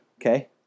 okay